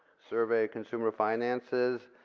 survey consumer finances,